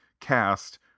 cast